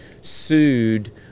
sued